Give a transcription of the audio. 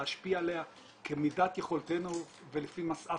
להשפיע עליה כמידת יכולתנו ולפי משאת